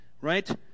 Right